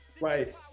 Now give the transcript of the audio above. right